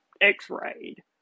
x-rayed